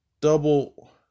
double